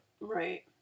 Right